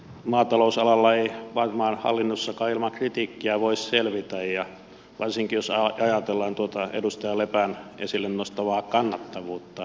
maatalousalalla ei varmaan hallinnossakaan ilman kritiikkiä voi selvitä varsinkin jos ajatellaan tuota edustaja lepän esille nostamaa kannattavuutta